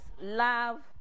love